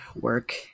work